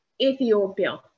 Ethiopia